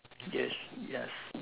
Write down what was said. yes yes